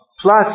Plus